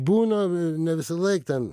būna i ne visąlaik ten